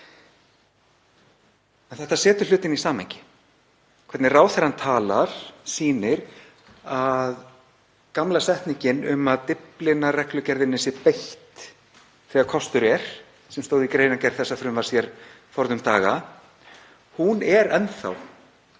En það setur hlutina í samhengi. Hvernig ráðherrann talar sýnir að gamla setningin um að Dyflinnarreglugerðinni sé beitt þegar kostur er, sem stóð í greinargerð þessa frumvarps forðum daga, hún er enn þá